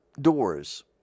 doors